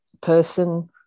person